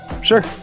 Sure